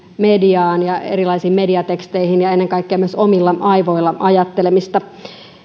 mediaan ja erilaisiin mediateksteihin ja ennen kaikkea myös omilla aivoilla ajattelemista